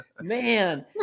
Man